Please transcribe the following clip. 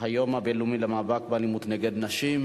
הבין-לאומי למאבק באלימות נגד נשים,